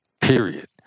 period